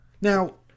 Now